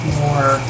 more